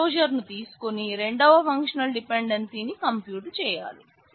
ఆ క్లోజర్ను తీసుకొని రెండవ ఫంక్షనల్ డిపెండెన్సీ ను కంప్యూట్ చేయాలి